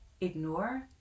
ignore